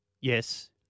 Yes